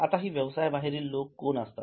आता हि व्यवसाय बाहेरील लोक असतात